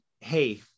Hey